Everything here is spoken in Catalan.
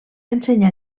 ensenyar